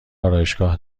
آرایشگاه